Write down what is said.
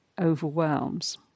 overwhelms